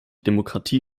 demokratie